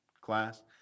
class